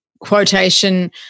quotation